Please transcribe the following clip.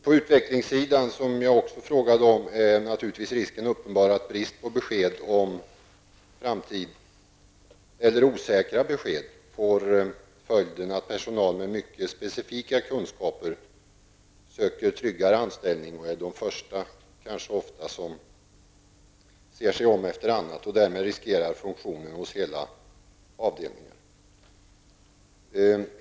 På utvecklingssidan, som jag också frågade om, är naturligtvis risken uppenbar att brist på besked eller osäkra besked får till följd att personal med mycket specifika kunskaper söker tryggare anställning och kanske ofta är de första som ser sig om efter annat. Därmed riskeras funktioner hos hela avdelningen.